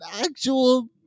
actual